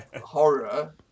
horror